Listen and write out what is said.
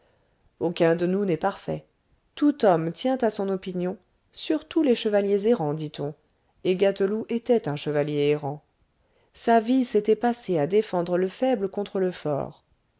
aucun de nous n'est parfait tout homme tient à son opinion surtout les chevaliers errants dit-on et gâteloup était un chevalier errant sa vie s'était passée à défendre le faible contre le fort